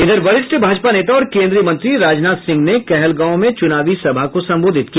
इधर वरिष्ठ भाजपा नेता और केन्द्रीय मंत्री राजनाथ सिंह ने कहलगांव में चुनावी सभा को संबोधित किया